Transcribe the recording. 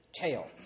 Tail